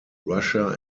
russia